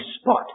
spot